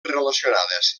relacionades